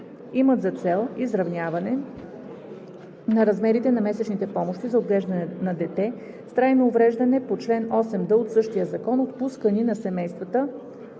имат за цел изравняване на размерите на месечните помощи за отглеждане на дете с трайно увреждане по чл. 8д от същия закон, отпускани на семействата